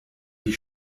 wie